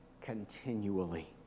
continually